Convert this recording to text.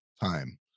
time